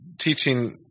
teaching